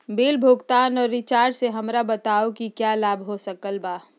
Bill भुगतान और recharge से हमरा बताओ कि क्या लाभ हो सकल बा?